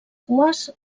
cues